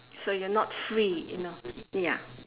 so you are not free you know ya